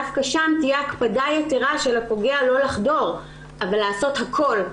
דווקא שם תהיה הקפדה יתרה של הפוגע לא לחדור אבל לעשות הכול,